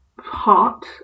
heart